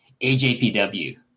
AJPW